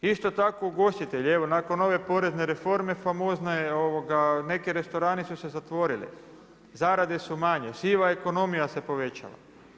Isto tako ugostitelji, evo nakon ove porezne reforme, famozna je, neki restorani su se zatvorili, zarade su manje, siva ekonomija se povećala.